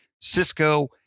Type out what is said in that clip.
Cisco